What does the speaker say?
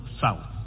South